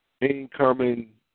incoming